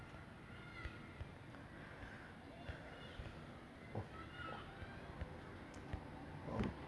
I I like it lah the you know the producers ah the Marvel producers the brothers one of the brothers name andrew and something